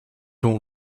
all